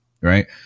Right